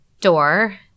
door